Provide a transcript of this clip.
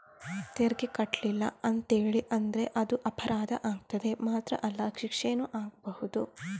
ತೆರಿಗೆ ಕಟ್ಲಿಲ್ಲ ಅಂತೇಳಿ ಆದ್ರೆ ಅದು ಅಪರಾಧ ಆಗ್ತದೆ ಮಾತ್ರ ಅಲ್ಲ ಶಿಕ್ಷೆನೂ ಆಗ್ಬಹುದು